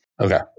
Okay